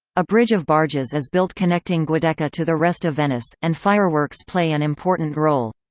a bridge of barges is built connecting giudecca to the rest of venice, and fireworks play an important role.